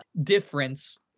difference